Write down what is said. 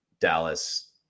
Dallas